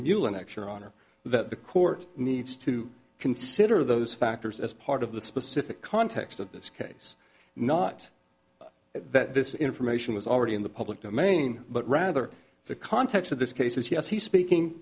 new annex your honor that the court needs to consider those factors as part of the specific context of this case not that this information was already in the public domain but rather the context of this case is yes he's speaking